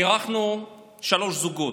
אירחנו שלושה זוגות,